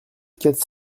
quatre